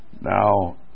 Now